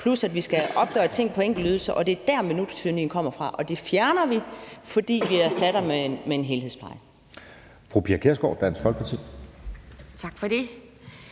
plus at vi skal opgøre ting på enkeltydelser. Det er dér, minuttyranniet kommer fra, og det fjerner vi, fordi vi erstatter det med en helhedspleje.